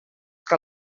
que